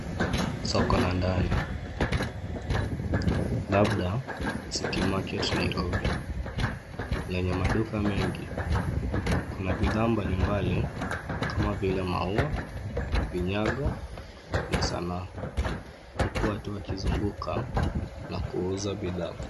Soko la ndani, labda, city market Nairobi, lenye maduka mengi. Kuna bidhaa mbalimbali, kama vile maua, vinyango, na sanaa, huku watu wakizunguka, na kuuza bidhaa.